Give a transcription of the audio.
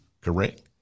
Correct